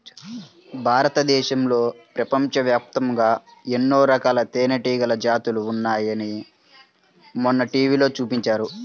భారతదేశంలో, ప్రపంచవ్యాప్తంగా ఎన్నో రకాల తేనెటీగల జాతులు ఉన్నాయని మొన్న టీవీలో చూపించారు